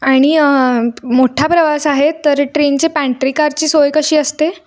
आणि मोठा प्रवास आहे तर ट्रेनचे पॅन्ट्री कारची सोय कशी असते